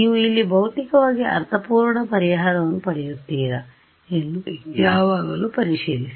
ನೀವು ಇಲ್ಲಿ ಭೌತಿಕವಾಗಿ ಅರ್ಥಪೂರ್ಣ ಪರಿಹಾರವನ್ನು ಪಡೆಯುತ್ತೀರಾ ಎಂದು ಯಾವಾಗಲೂ ಪರಿಶೀಲಿಸಿ